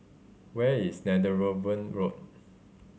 where is Netheravon Road